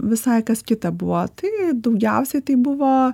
visai kas kita buvo tai daugiausiai tai buvo